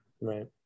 Right